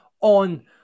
on